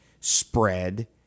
spread